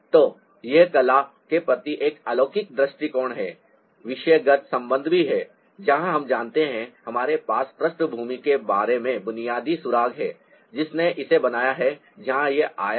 तो यह कला के प्रति एक अलौकिक दृष्टिकोण है विषयगत संबंध भी हैं जहां हम जानते हैं हमारे पास पृष्ठभूमि के बारे में बुनियादी सुराग है जिसने इसे बनाया है जहां से यह आया है